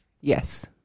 Yes